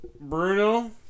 Bruno